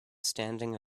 standing